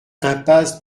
impasse